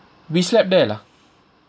we slept there lah